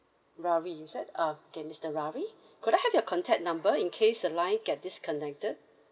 ravi is it uh K mister ravi could I have your contact number in case the line get disconnected